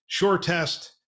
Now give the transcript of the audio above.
SureTest